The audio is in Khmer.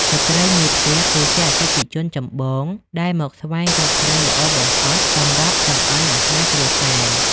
ស្ត្រីមេផ្ទះ គឺជាអតិថិជនចម្បងដែលមកស្វែងរកត្រីល្អបំផុតសម្រាប់ចម្អិនអាហារគ្រួសារ។